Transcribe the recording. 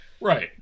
Right